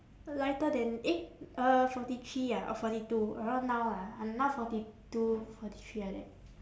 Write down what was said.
lighter than eh uh forty three ah or forty two around now lah I'm now forty two forty three like that